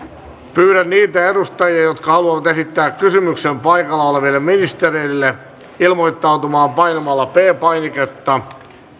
pyydän niitä edustajia jotka haluavat esittää kysymyksen paikalla olevalle ministerille ilmoittautumaan painamalla p painiketta